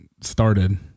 started